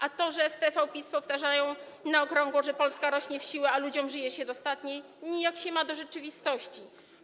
A to, że w TVPiS powtarzają na okrągło, że Polska rośnie w siłę, a ludziom żyje się dostatniej, nijak się ma do rzeczywistości?